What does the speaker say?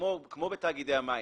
כמו בתאגידי המים,